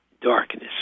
darkness